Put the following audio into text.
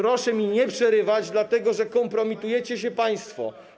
Proszę mi nie przerywać, dlatego że kompromitujecie się państwo.